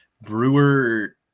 Brewer